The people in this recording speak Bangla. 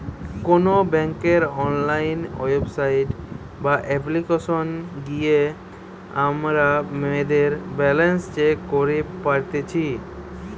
কোনো বেংকের অনলাইন ওয়েবসাইট বা অপ্লিকেশনে গিয়ে আমরা মোদের ব্যালান্স চেক করি পারতেছি